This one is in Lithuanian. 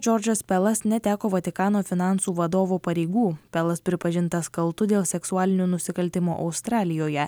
džordžas pelas neteko vatikano finansų vadovo pareigų pelas pripažintas kaltu dėl seksualinių nusikaltimų australijoje